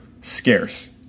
scarce